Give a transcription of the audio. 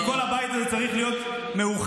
כי כל הבית צריך להיות מאוחד,